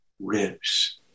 ribs